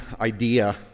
idea